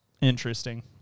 Interesting